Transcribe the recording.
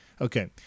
Okay